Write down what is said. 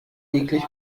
eklig